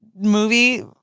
movie